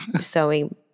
sewing